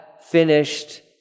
finished